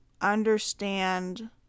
understand